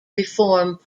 reform